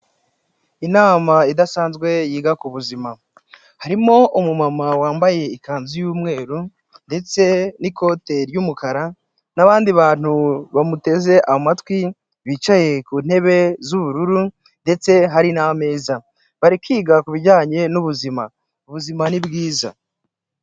Inama idasanzwe yiga ku buzima, harimo umu mama wambaye ikanzu y'umweru ndetse n'ikote ry'umukara n'abandi bantu bamuteze amatwi bicaye ku ntebe z'ubururu ndetse hari n'ameza, bari kwiga ku bijyanye n'ubuzima, ubuzima ni bwiza.